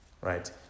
right